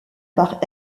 par